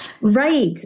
Right